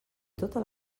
tota